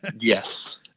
Yes